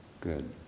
Good